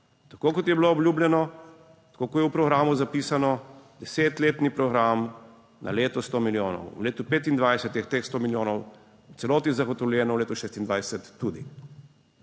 Tako kot je bilo obljubljeno, tako kot je v programu zapisano, deset letni program na leto sto milijonov. V letu 2025 je teh sto milijonov v celoti zagotovljeno, v letu 2026 tudi.